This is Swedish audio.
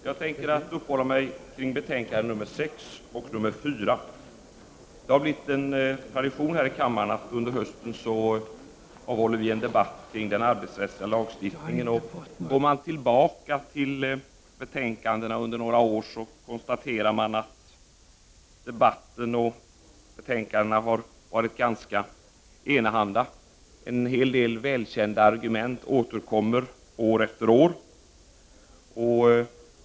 Fru talman! Jag tänkte uppehålla mig vid betänkandena 6 och 4. Det har blivit något av en tradition här i kammaren att under hösten ha en debatt om den arbetsrättsliga lagstiftningen. Går man tillbaka till de betänkanden som har behandlats här under några år, kan man konstatera att både debatten och betänkandena har varit ganska enahanda. En hel del välkända argument återkommer år efter år.